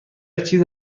چیزی